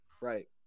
right